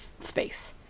Space